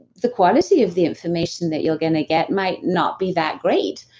the quality of the information that you're going to get might not be that great.